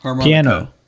Piano